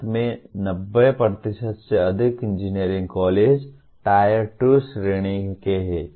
भारत में 90 से अधिक इंजीनियरिंग कॉलेज Tier 2 श्रेणी के हैं